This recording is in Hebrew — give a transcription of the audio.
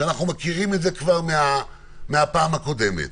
שאנחנו מכירים מהפעם הקודמת,